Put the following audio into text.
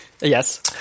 Yes